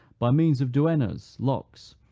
by means of duennas, locks,